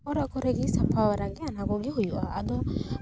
ᱚᱲᱟᱜ ᱠᱚᱨᱮᱜᱮ ᱥᱟᱯᱷᱟ ᱵᱟᱨᱟᱜᱮ ᱚᱱᱟ ᱠᱚᱜᱮ ᱦᱩᱭᱩᱜᱼᱟ ᱟᱫᱚ